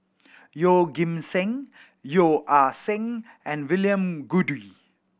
Yeoh Ghim Seng Yeo Ah Seng and William Goode